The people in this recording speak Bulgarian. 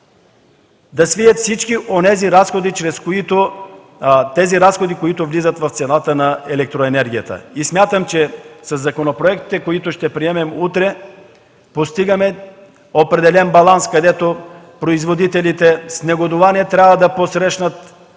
да свият всички разходи, които влизат в цената на електроенергията. Смятам, че със законопроектите, които ще приемем утре, постигаме определен баланс. Може би производителите ще го посрещнат